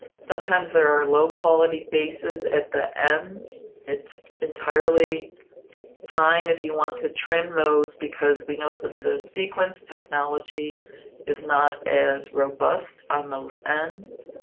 sometimes there are low-quality bases at the ends. it's entirely fine if you want to trim those because we know that the sequence technology is not as robust on those ends.